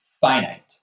finite